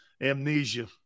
Amnesia